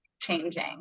changing